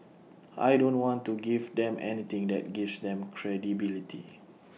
I don't want to give them anything that gives them credibility